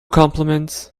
compliments